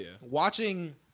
watching